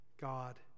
God